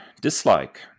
dislike